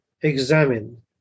examine